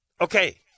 Okay